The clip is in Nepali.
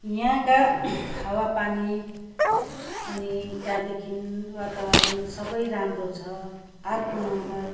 यहाँका हवा पानी अनि त्यहाँदेखि वातावरण सबै राम्रो छ अर्को नम्बर